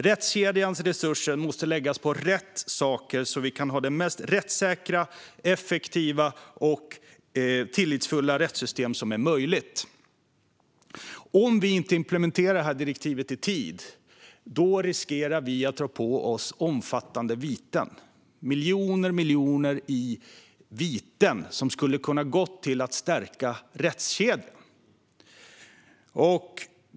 Rättskedjans resurser måste läggas på rätt saker så att vi kan ha det mest rättssäkra, effektiva och tillitsfulla rättssystemet som är möjligt. Om vi inte implementerar det här direktivet i tid riskerar vi att dra på oss omfattande viten. Miljoner och miljoner i viten är pengar som skulle kunna gå till att stärka rättskedjan.